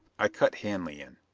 i cut hanley in.